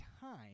time